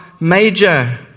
major